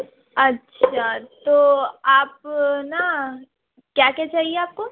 اچھا تو آپ نا کیا کیا چاہیے آپ کو